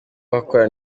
bakora